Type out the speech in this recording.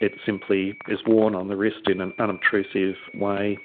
it simply is worn on the wrist in an unobtrusive way